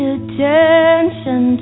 attention